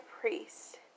priest